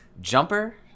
jumper